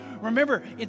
Remember